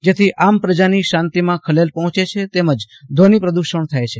જેથી આમ પ્રજાની શાંતિમાં ખલેલ પહોંચે છે તેમજ ઘ્વનિ પ્રદૂષણ થાય છે